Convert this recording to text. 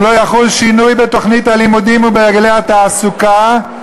אם לא יחול שינוי בתוכנית הלימודים ובהרגלי התעסוקה,